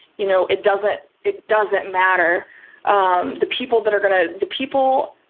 you know, it doesn't it doesn't matter um the people that are going to the people,